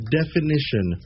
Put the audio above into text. definition